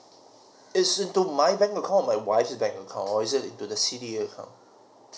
it's into my bank account or wife's bank account or is it into the C_D_A account